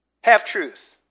Half-truth